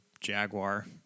Jaguar